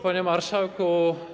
Panie Marszałku!